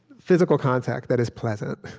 physical contact that is pleasant,